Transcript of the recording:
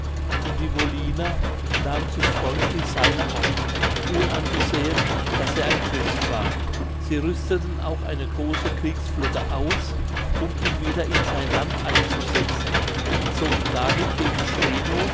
und die wolliner nahmen sich freundlich seiner an unangesehen daß er ein christ war sie rüsteten auch eine große kriegsflotte aus um ihn wieder in sein land einzusetzen und zogen damit gegen schweno